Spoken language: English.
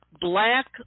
black